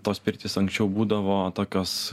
tos pirtys anksčiau būdavo tokios